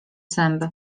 zęby